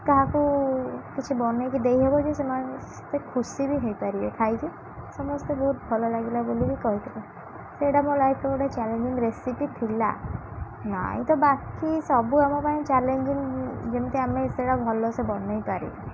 କାହାକୁ କିଛି ବନେଇକି ଦେଇହେବ ଯେ ସେମାନେ ଖୁସି ବି ହେଇପାରିବେ ଖାଇକି ସମସ୍ତେ ବହୁତ ଭଲ ଲାଗିଲା ବୁଲିକି କହିଥିଲେ ସେଇଟା ମୋ ଲାଇଫ୍ର ଗୋଟେ ଚ୍ୟାଲେଞ୍ଜିଂ ରେସିପି ଥିଲା ନାଇଁ ତ ବାକି ସବୁ ଆମ ପାଇଁ ଚ୍ୟାଲେଞ୍ଜିଙ୍ଗ ଯେମିତି ଆମେ ସେଇଟା ଭଲସେ ବନେଇ ପାରିବୁ